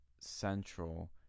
central